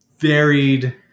varied